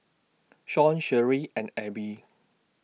Shawn Sherree and Abby